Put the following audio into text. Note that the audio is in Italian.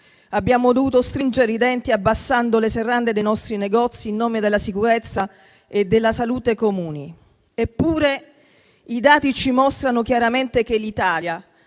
Abbiamo dovuto stringere i denti abbassando le serrande dei nostri negozi in nome della sicurezza e della salute comuni. Eppure i dati ci mostrano chiaramente che l'Italia,